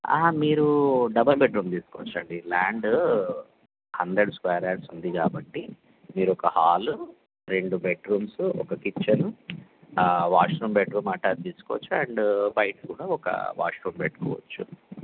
మీరూ double bedroom తీసుకోవచ్చండి land hundred square yards ఉంది కాబట్టి మీరొక హాలు రెండు బెడ్రూమ్సు ఒక కిచెను వాష్రూమ్ బెడ్రూమ్ అటాచ్ తీసుకోవచ్చు అండ్ బయట కూడా ఒక వాష్రూమ్ పెట్టుకోవచ్చు